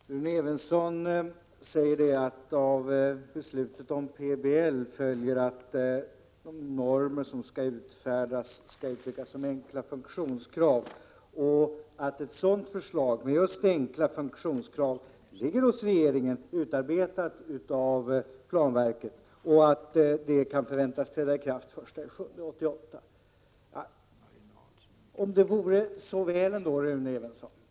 Herr talman! Rune Evensson säger att av beslutet om PBL följer att de normer som skall utfärdas skall uttryckas som enkla funktionskrav och att ett sådant förslag, med just enkla funktionskrav, ligger hos regeringen, utarbetat av planverket, samt att förslaget kan förväntas träda i kraft den 1 juli 1988.